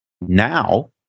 now